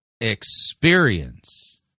experience